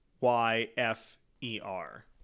y-f-e-r